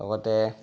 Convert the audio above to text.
লগতে